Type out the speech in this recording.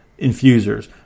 infusers